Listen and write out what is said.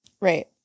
right